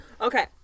Okay